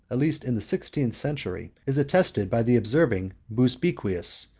at least in the sixteenth century, is asserted by the observing busbequius,